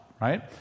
right